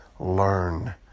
Learn